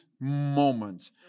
moments